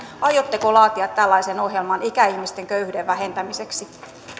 aiotteko laatia tällaisen ohjelman ikäihmisten köyhyyden vähentämiseksi